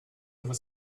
over